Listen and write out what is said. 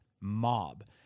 mob